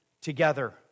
together